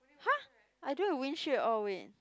!huh! I don't have windshield at all wait